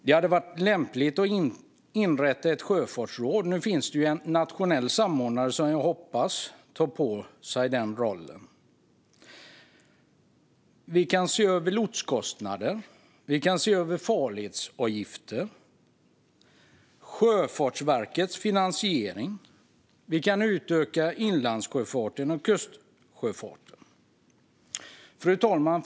Det hade varit lämpligt att inrätta ett sjöfartsråd. Nu finns en nationell samordnare, som jag hoppas tar på sig denna roll. Vi kan se över lotskostnader, farledsavgifter och Sjöfartsverkets finansiering. Vi kan utöka inlandssjöfarten och kustsjöfarten. Fru talman!